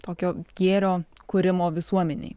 tokio gėrio kūrimo visuomenėj